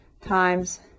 times